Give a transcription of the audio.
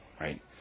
right